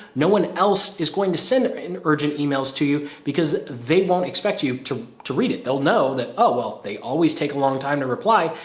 no one else is going to send an urgent emails to you because they won't expect you to to read it. they'll know that, oh, well, they always take a long time to reply.